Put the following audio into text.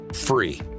free